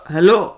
Hello